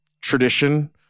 tradition